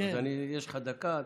יש לך דקה,